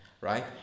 right